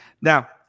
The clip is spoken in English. Now